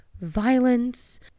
violence